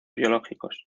biológicos